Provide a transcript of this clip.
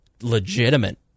legitimate